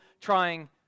trying